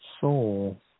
soul